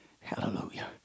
Hallelujah